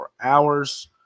hours